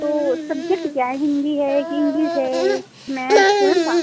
तो सब्जेक्ट क्या है हिन्दी है कि इंग्लिस है कि मैथ्स कौन सा